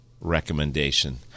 recommendation